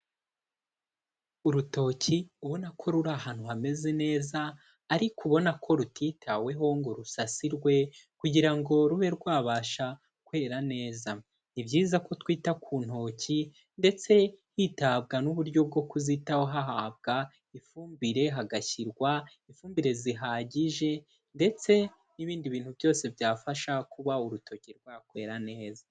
Urutoki ubona ko ruri ahantu hameze neza ariko ubona ko rutitaweho ngo rusasirwe kugira ngo rube rwabasha kwera neza. Ni byiza ko twita ku ntoki ndetse hitabwa n'uburyo bwo kuzitaho hahabwa ifumbire, hagashyirwa ifumbire zihagije ndetse n'ibindi bintu byose byafasha kuba urutoki rwakwera neza.